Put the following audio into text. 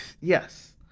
Yes